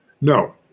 No